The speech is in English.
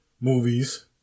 movies